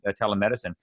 telemedicine